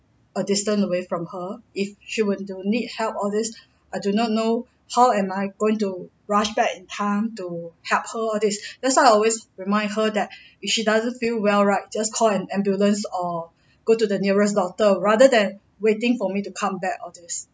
a distance away from her if she would to need help all this I do not know how am I going to rush back in time to help her all this that's why I always remind her that if she doesn't feel well right just call an ambulance or go to the nearest doctor rather than waiting for me to come back all this